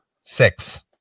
Six